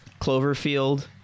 Cloverfield